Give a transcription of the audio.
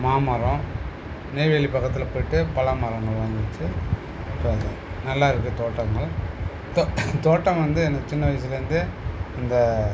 மாமரம் நெய்வேலி பக்கத்தில் போய்ட்டு பலாமரம் ஒன்று வாங்கி வச்சி நல்லாருக்கு தோட்டங்கள் தோ தோட்டம் வந்து எனக்கு சின்ன வயசுலேந்தே இந்த